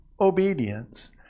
obedience